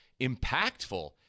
impactful